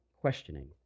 questioning